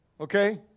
okay